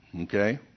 okay